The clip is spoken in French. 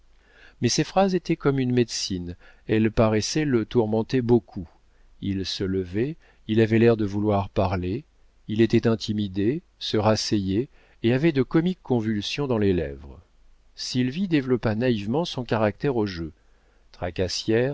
mais ses phrases étaient comme une médecine elles paraissaient le tourmenter beaucoup il se levait il avait l'air de vouloir parler il était intimidé se rasseyait et avait de comiques convulsions dans les lèvres sylvie développa naïvement son caractère au jeu